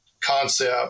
concept